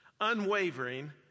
unwavering